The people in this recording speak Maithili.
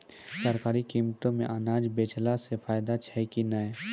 सरकारी कीमतों मे अनाज बेचला से फायदा छै कि नैय?